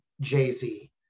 Jay-Z